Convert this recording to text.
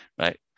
right